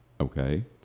Okay